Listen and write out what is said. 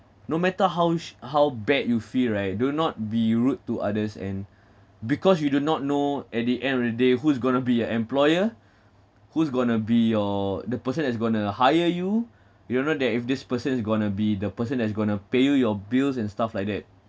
no matter how sh~ how bad you feel right do not be rude to others and because you do not know at the end of the day who is going to be an employer who's going to be your the person that's going to hire you you don't know that if this person is going to be the person that's going to pay you your bills and stuff like that